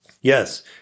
Yes